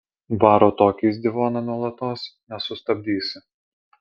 varo tokį izdivoną nuolatos nesustabdysi